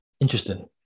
Interesting